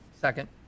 Second